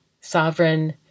sovereign